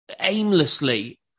aimlessly